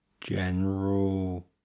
general